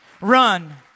run